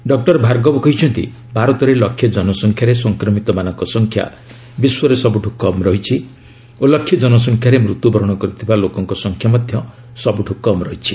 doctor Bhargava କହିଛନ୍ତି ଭାରତରେ ଲକ୍ଷେ ଜନସଂଖ୍ୟାରେ ସଂକ୍ରମିତମାନଙ୍କ ସଂଖ୍ୟା ବିଶ୍ୱରେ ସବୁଠୁ କମ୍ ରହିଛି ଓ ଲକ୍ଷେ ଜନସଂଖ୍ୟାରେ ମୃତ୍ୟୁବରଣ କରିଥିବା ଲୋକଙ୍କ ସଂଖ୍ୟା ମଧ୍ୟ ସବୁଠୁ କମ୍ ରହିଛି